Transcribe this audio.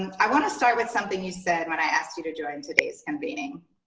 and i want to start with something you said when i asked you to join today's convening.